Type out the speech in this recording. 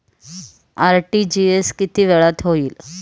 RTGS किती वेळात होईल?